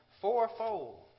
fourfold